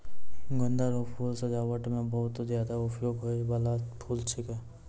गेंदा रो फूल सजाबट मे बहुत ज्यादा उपयोग होय बाला फूल छिकै